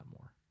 more